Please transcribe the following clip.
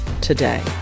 today